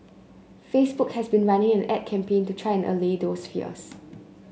Facebook has been running an A D campaign to try to allay those fears